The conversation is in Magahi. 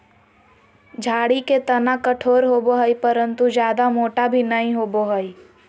झाड़ी के तना कठोर होबो हइ परंतु जयादा मोटा भी नैय होबो हइ